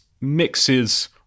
mixes